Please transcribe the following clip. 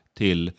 till